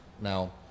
Now